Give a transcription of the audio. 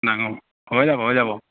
হৈ যাব হৈ যাব